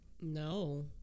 no